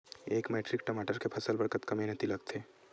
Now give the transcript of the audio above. एक मैट्रिक टमाटर के फसल बर कतका मेहनती लगथे?